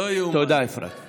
תודה, אפרת.